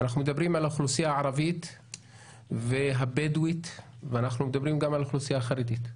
אנחנו מדברים על האוכלוסייה הערבית והבדואית וגם על האוכלוסייה החרדית.